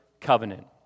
covenant